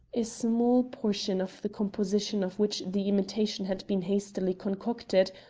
a small portion of the composition of which the imitation had been hastily concocted,